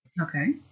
Okay